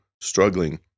struggling